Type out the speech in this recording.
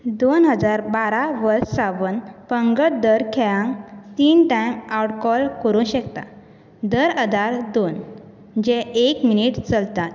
दोन हजार बारा वर्स सावन पंगड दर खेळांक तीन टाइम आउट कॉल करूं शकता दर अदाल दोन जें एक मिनीट चलतात